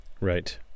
Right